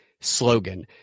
slogan